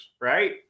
right